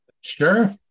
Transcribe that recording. Sure